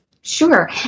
Sure